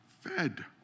fed